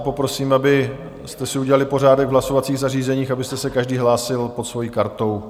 Poprosím, abyste si udělali pořádek v hlasovacích zařízeních, abyste se každý hlásil pod svojí kartou.